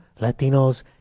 Latinos